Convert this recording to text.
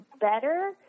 better